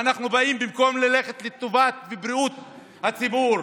במקום ללכת לטובת בריאות הציבור.